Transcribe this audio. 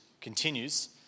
continues